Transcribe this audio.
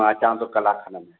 मां अचां थो कलाक खनि में